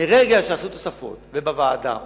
מרגע שעשו תוספות, ובוועדה הוסיפו,